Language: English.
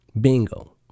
Bingo